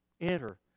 enter